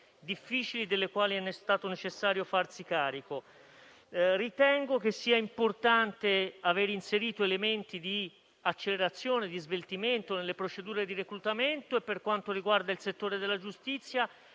difficili delle quali è stato necessario farsi carico. Ritengo che sia importante aver inserito elementi di accelerazione e di sveltimento nelle procedure di reclutamento e, per quanto riguarda il settore della giustizia,